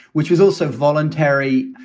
which was also voluntary,